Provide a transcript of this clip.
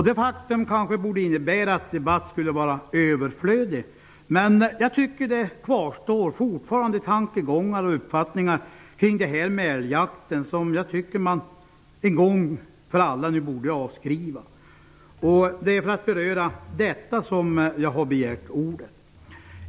Detta faktum borde kanske innebära att debatt skulle vara överflödig, men jag tycker att det fortfarande kvarstår tankegångar och uppfattningar kring älgjakten som man en gång för alla borde avskriva. Det är för att beröra detta som jag har begärt ordet.